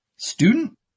Student